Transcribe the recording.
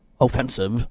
offensive